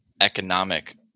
economic